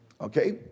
Okay